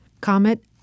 Comet